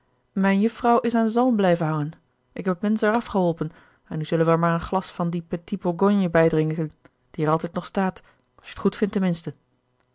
juffrouw is aan zalm blijven hangen ik heb het mensch er af geholpen en nu zullen we er maar een glas van dien petit bourgogne bijgerard keller het testament van mevrouw de tonnette drinken die er altijd nog staat als je t goed vindt ten minste